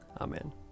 Amen